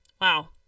wow